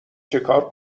چیکار